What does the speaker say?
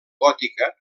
gòtica